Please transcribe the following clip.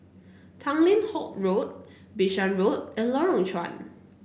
Tanglin Halt Road Bishan Road and Lorong Chuan